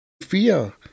Fear